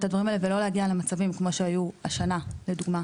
הדברים האלה ולא להגיע למצבים כמו שהיו השנה לדוגמא,